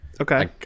Okay